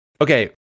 Okay